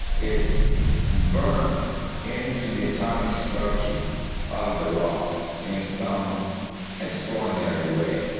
it's burned in to the atomic structure of the rock, in some extraordinary way.